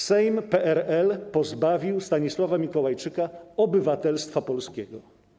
Sejm PRL pozbawił Stanisława Mikołajczyka obywatelstwa polskiego.